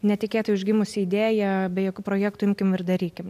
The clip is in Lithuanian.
netikėtai užgimusi idėja be jokių projektų imkim ir darykim